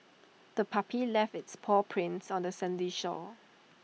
the puppy left its paw prints on the sandy shore